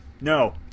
No